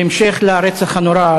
בהמשך לרצח הנורא,